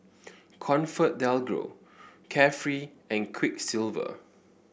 ComfortDelGro Carefree and Quiksilver